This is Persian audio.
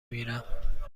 میرم